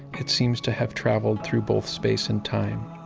it seems to have traveled through both space and time.